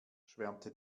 schwärmte